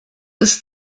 ist